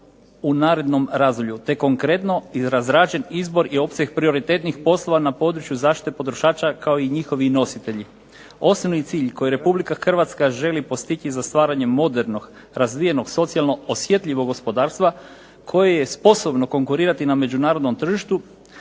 u narednom razdoblju, te konkretno razrađen izbor i opseg prioritetnih poslova na području zaštite potrošača kao i njihovi nositelji. Osnovni cilj koji Republike Hrvatska želi postići za stvaranje modernog razvijeno socijalnog gospodarstva koje je sposobno konkurirati na međunarodnom tržištu,